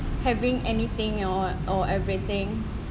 having anything or everything